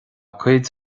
cuid